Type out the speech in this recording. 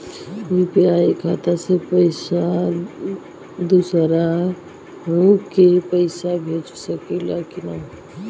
UPI खाता से हम दुसरहु के पैसा भेज सकीला की ना?